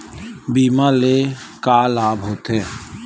बीमा ले का लाभ होथे?